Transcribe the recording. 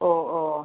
ഓ ഓ ഓ